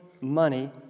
money